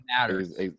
matters